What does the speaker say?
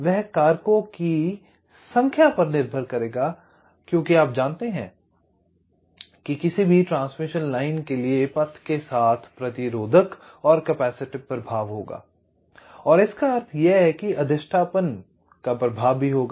वह कारकों की संख्या पर निर्भर करेगा क्योंकि आप जानते हैं कि किसी भी ट्रांसमिशन लाइन के लिए पथ के साथ प्रतिरोधक और कैपेसिटिव प्रभाव होगा और इसका अर्थ यह है अधिष्ठापन का प्रभाव भी होगा